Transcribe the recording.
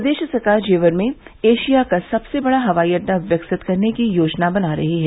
प्रदेश सरकार जेवर में एशिया का सबसे बड़ा हवाई अड्डा विकसित करने की योजना बना रही है